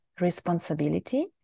responsibility